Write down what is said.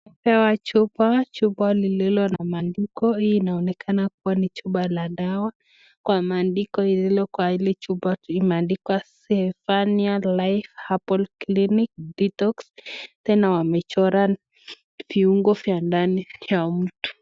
Tumepewa chupa, chupa lililo na maandiko, hii inaonekanakuwa ni chupa la dawa, kwa maandiko iliyo kwa hili chupa imeandikwa Zephania life herbal clinic detox tena wamechora viungo vya ndani ya mtu.